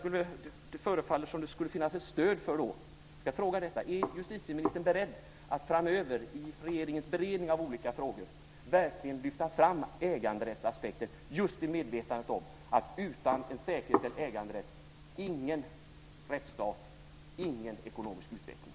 Det förefaller som om det skulle kunna finnas ett stöd. Jag frågar därför detta: Är justitieministern beredd att framöver i regeringens beredning av olika frågor verkligen lyfta fram äganderättsaspekten just i medvetande om att utan en säkerställd äganderätt får vi ingen rättsstat, ingen ekonomisk utveckling?